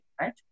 right